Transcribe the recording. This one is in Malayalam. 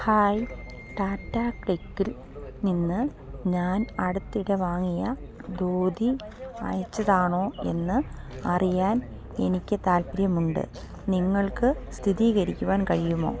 ഹായ് ടാറ്റ ക്ലിക്കിൽ നിന്ന് ഞാൻ അടുത്തിടെ വാങ്ങിയ ധോതി അയച്ചതാണോ എന്നറിയാൻ എനിക്ക് താൽപ്പര്യമുണ്ട് നിങ്ങൾക്ക് സ്ഥിരീകരിക്കുവാൻ കഴിയുമോ